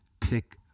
pick